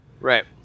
Right